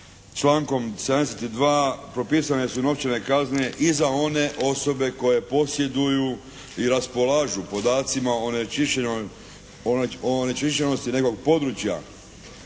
člankom 72. propisane su novčane kazne i za one osobe koje posjeduju i raspolažu podacima o onečišćenosti nekog područja